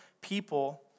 people